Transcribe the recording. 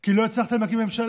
כי לא הצלחתם להקים ממשלה?